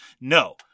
No